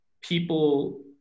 people